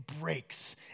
breaks